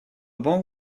banque